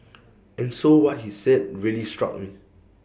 and so what he said really struck me